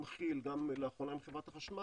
גם עם כיל ולאחרונה גם עם חברת החשמל,